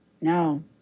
no